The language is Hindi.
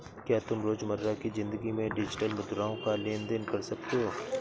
क्या तुम रोजमर्रा की जिंदगी में डिजिटल मुद्राओं का लेन देन कर सकते हो?